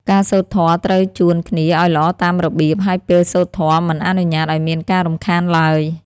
ការសូត្រធម៌ត្រូវជួនគ្នាឱ្យល្អតាមរបៀប ហើយពេលសូត្រធម៌មិនអនុញ្ញាតឱ្យមានការរំខានឡើយ។